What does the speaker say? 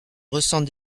ressens